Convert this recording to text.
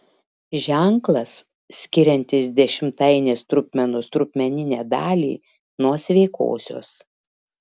ženklas skiriantis dešimtainės trupmenos trupmeninę dalį nuo sveikosios